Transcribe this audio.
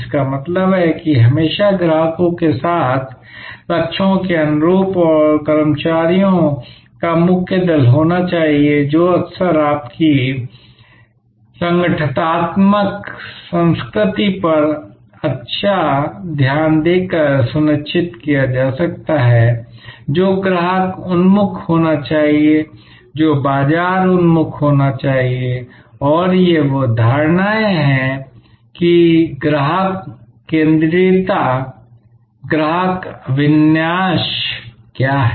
इसका मतलब है कि हमेशा ग्राहकों के साथ लक्ष्यों के अनुरूप और कर्मचारियों का मुख्य दल होना चाहिए जो अक्सर आपकी संगठनात्मक संस्कृति पर अच्छा ध्यान देकर सुनिश्चित किया जा सकता है जो ग्राहक उन्मुख होना चाहिए जो बाजार उन्मुख होना चाहिए और ये वह अवधारणाएं हैं कि ग्राहक केंद्रितता ग्राहक अभिविन्यास क्या है